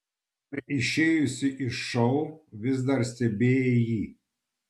ar išėjusi iš šou vis dar stebėjai jį